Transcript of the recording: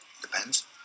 depends